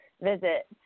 visit